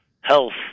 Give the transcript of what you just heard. health